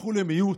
הפכו למיעוט.